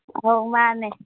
ꯑꯥꯎ ꯃꯥꯟꯅꯦ